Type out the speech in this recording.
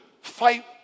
fight